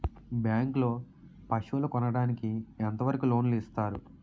Bank లో పశువుల కొనడానికి ఎంత వరకు లోన్ లు ఇస్తారు?